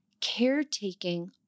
caretaking